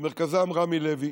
ובמרכזם רמי לוי,